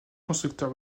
constructeur